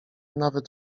nawet